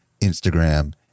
Instagram